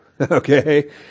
okay